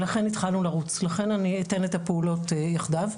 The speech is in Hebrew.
לכן אני אתן את הפעולות יחדיו.